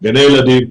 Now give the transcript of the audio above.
גני ילדים.